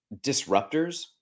disruptors